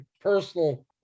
personal